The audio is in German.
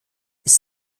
ist